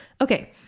Okay